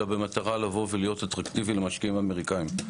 אלא במטרה לבוא ולהיות אטרקטיבי למשקיעים אמריקאים,